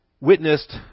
witnessed